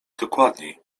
dokładniej